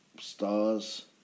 stars